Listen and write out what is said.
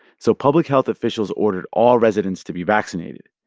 so public health officials ordered all residents to be vaccinated.